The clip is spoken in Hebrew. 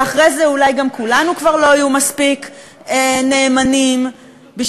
ואחרי זה אולי גם כולנו כבר לא יהיו מספיק נאמנים בשביל